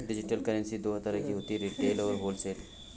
digital currency दो तरह की होती है रिटेल और होलसेल